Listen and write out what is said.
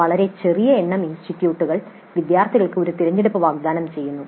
വളരെ ചെറിയ എണ്ണം ഇൻസ്റ്റിറ്റ്യൂട്ടുകൾ വിദ്യാർത്ഥികൾക്ക് ഒരു തിരഞ്ഞെടുപ്പ് വാഗ്ദാനം ചെയ്യുന്നു